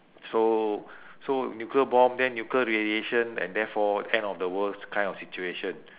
so so nuclear bomb then nuclear radiation and therefore end of the world kind of situation